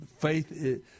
Faith